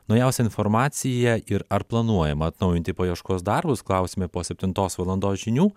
naujausią informaciją ir ar planuojama atnaujinti paieškos darbus gausime po septintos valandos žinių